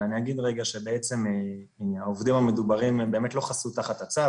אבל אני אגיד רגע שבעצם העובדים המדוברים הם באמת לא חסו תחת הצו.